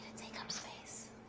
take up space.